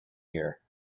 here